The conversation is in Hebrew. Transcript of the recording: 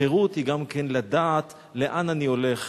חירות היא גם כן לדעת לאן אני הולך,